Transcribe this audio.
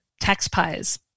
taxpayers